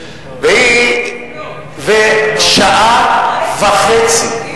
נו, ברצינות.